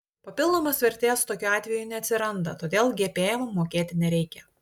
papildomos vertės tokiu atveju neatsiranda todėl gpm mokėti nereikia